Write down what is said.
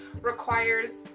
requires